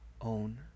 own